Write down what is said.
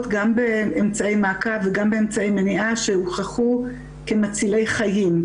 גם באמצעי מעקב וגם באמצעי מניעה שהוכחו כמצילי חיים.